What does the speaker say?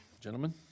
gentlemen